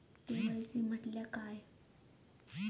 KYC म्हटल्या काय?